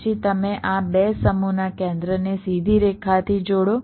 પછી તમે આ 2 સમૂહના કેન્દ્રને સીધી રેખાથી જોડો